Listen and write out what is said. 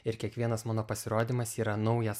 ir kiekvienas mano pasirodymas yra naujas